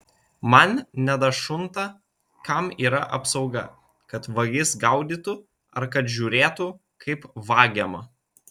man nedašunta kam yra apsauga kad vagis gaudytų ar kad žiūrėtų kaip vagiama